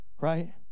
right